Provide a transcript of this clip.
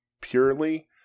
purely